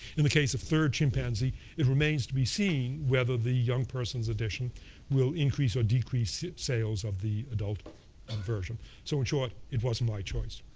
in the case of third chimpanzee, it remains to be seen whether the young person's edition will increase or decrease sales of the adult and version. so in short, it wasn't my choice.